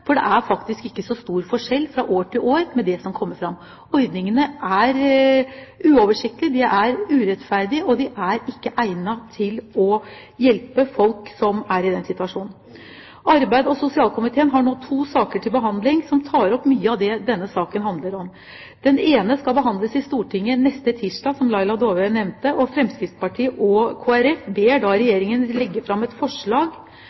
for det er faktisk ikke så stor forskjell på det som kommer fram fra år til år. Ordningene er uoversiktlige, de er urettferdige, og de er ikke egnet til å hjelpe folk som er i denne situasjonen. Arbeids- og sosialkomiteen har nå to saker til behandling som tar opp mye av det denne saken handler om. Den ene skal behandles i Stortinget neste tirsdag, som Laila Dåvøy nevnte. Fremskrittspartiet og Kristelig Folkeparti ber da Regjeringen legge fram et forslag